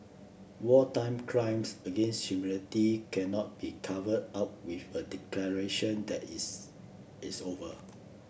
wartime crimes against humanity cannot be covered up with a declaration that it's it's over